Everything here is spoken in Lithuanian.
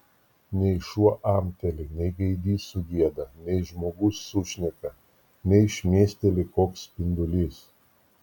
nei šuo amteli nei gaidys sugieda nei žmogus sušneka nei šmėsteli koks spindulys